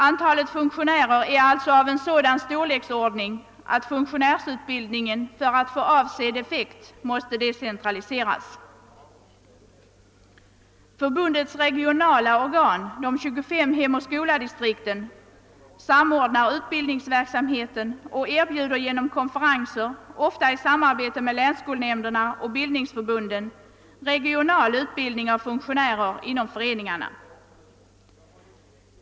Antalet funktionärer är alltså av sådan storleksordning, att funktionärsutbildningen för att få avsedd effekt måste decentraliseras. Förbundets regionala organ — de 25 Hem och Skola-distrikten — samordnar utbildningsverksamheten och erbjuder genom konferenser, ofta i samarbete med länsskolnämnderna och bildningsförbunden, regional utbildning av funktionärer inom föreningarna.